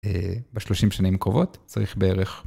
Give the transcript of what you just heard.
בשלושים שנים קרובות צריך בערך.